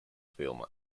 film